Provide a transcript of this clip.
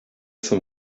some